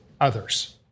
others